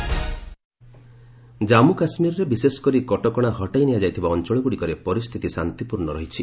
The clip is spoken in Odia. ଜେକେ ସିଚୁଏସନ୍ ଜାମ୍ମୁ କାଶ୍ମୀରରେ ବିଶେଷକରି କଟକଣା ହଟାଇ ନିଆଯାଇଥିବା ଅଞ୍ଚଳଗୁଡ଼ିକରେ ପରିସ୍ଥିତି ଶାନ୍ତିପୂର୍ଣ୍ଣ ରହିଛି